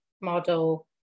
model